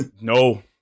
No